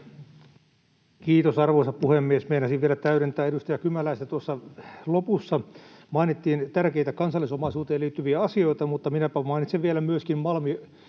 Kiitos, arvoisa puhemies! Meinasin vielä täydentää edustaja Kymäläistä. Tuossa lopussa mainittiin tärkeitä kansallisomaisuuteen liittyviä asioita. Mutta minäpä mainitsen vielä myöskin